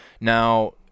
now